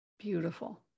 beautiful